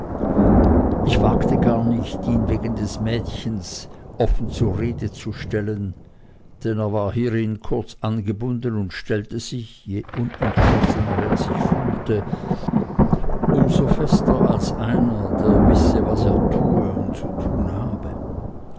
ich wagte zwar nicht ihn des mädchens wegen offen zur rede zu stellen denn er war hierin kurz abgebunden und stellte sich je unentschlossener er sich fühlte um so fester als einer der wisse was er tue und zu tun habe